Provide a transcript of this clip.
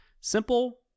Simple